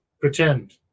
Pretend